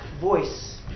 voice